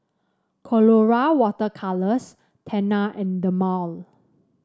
Colora Water Colours Tena and Dermale